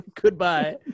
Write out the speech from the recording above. Goodbye